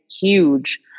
huge